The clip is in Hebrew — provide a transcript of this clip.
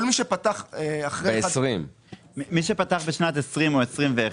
מי שפתח בשנת 2020 או 2021,